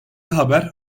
haber